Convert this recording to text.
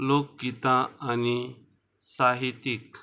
लोकगीतां आनी साहितीक